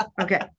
Okay